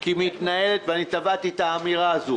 כי מתנהלת ואני טבעתי את האמירה הזאת